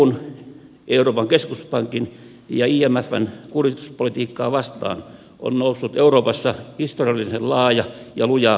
eun euroopan keskuspankin ja imfn kurituspolitiikkaa vastaan on noussut euroopassa historiallisen laaja ja luja vastarinta